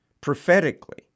prophetically